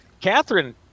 Catherine